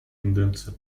тенденция